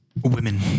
women